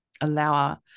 allow